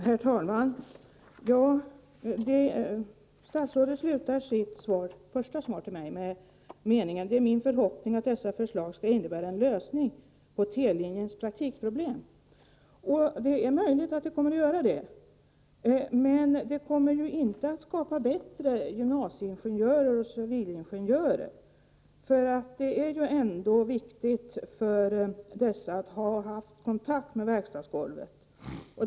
Herr talman! Statsrådet slutade sitt första svar till mig med meningen: ”Det är min förhoppning att dessa förslag skall innebära en lösning på T-linjens praktikproblem.” Det är möjligt att det innebär en lösning, men det kommer inte att skapa bättre gymnasieingenjörer och civilingenjörer, eftersom det ändå är viktigt att dessa har kontakt med verkstadsgolvet.